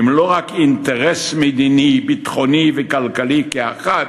הם לא רק אינטרס מדיני-ביטחוני וכלכלי כאחד,